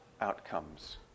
outcomes